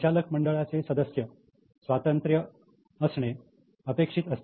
संचालक मंडळाचे सदस्य स्वतंत्र असणे अपेक्षित असते